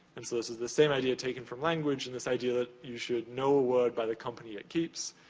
and, so, this is the same idea taken from language, and this idea that you should know a word by the company it keeps,